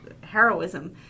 heroism